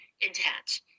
intent